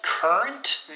Current